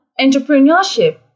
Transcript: entrepreneurship